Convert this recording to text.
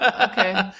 Okay